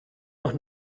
noch